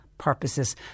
purposes